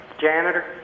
janitor